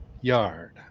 yard